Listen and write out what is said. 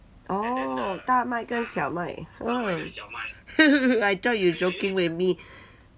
oh 大麦跟小麦对 I thought you joking with me